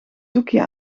doekje